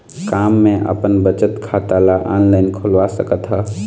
का मैं अपन बचत खाता ला ऑनलाइन खोलवा सकत ह?